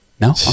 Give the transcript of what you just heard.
No